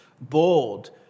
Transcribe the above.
bold